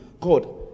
God